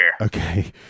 Okay